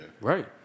Right